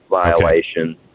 violation